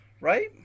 right